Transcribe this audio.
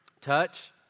touch